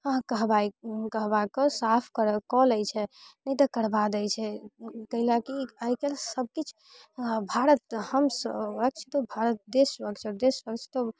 अहाँ कहबै कहबा कऽ साफ कऽ लै छै नहि तऽ करबा दै छै कैलाकि आइकाल्हि सबके किछु भारत हम स्वच्छ तऽ भारत देश स्वच्छ जब देश स्वच्छ तऽ